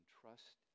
trust